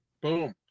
Boom